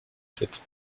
cette